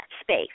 space